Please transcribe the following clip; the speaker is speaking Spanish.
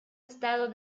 estado